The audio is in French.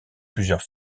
plusieurs